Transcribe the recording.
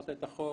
העברת את החוק,